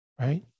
right